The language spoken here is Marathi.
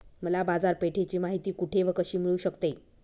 मला बाजारपेठेची माहिती कुठे व कशी मिळू शकते?